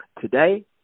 Today